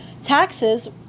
Taxes